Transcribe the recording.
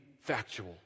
factual